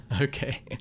Okay